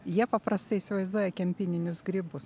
jie paprastai įsivaizduoja kempininius grybus